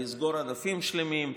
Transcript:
לסגור ענפים שלמים,